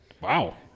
Wow